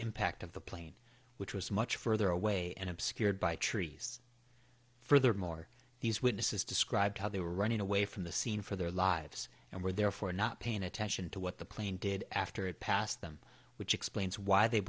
impact of the plane which was much further away and obscured by trees furthermore these witnesses described how they were running away from the scene for their lives and were therefore not paying attention to what the plane did after it passed them which explains why they